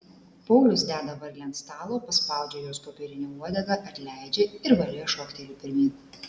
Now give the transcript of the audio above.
paulius deda varlę ant stalo paspaudžia jos popierinę uodegą atleidžia ir varlė šokteli pirmyn